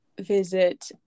visit